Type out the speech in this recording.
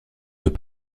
deux